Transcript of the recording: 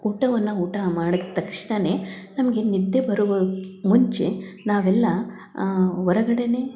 ಊಟವನ್ನು ಊಟ ಮಾಡಿದ ತಕ್ಷಣ ನಮಗೆ ನಿದ್ದೆ ಬರುವ ಮುಂಚೆ ನಾವೆಲ್ಲ ಹೊರಗಡೆನೆ